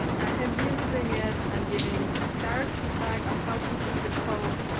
and him using it and giving direct feedback on how to improve the code,